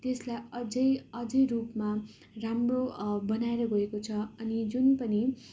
त्यसलाई अझै अझै रूपमा राम्रो बनाएर गएको छ अनि जुन पनि